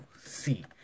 see